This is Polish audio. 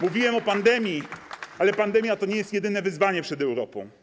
Mówiłem o pandemii, ale pandemia to nie jest jedyne wyzwanie przed Europą.